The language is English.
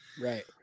Right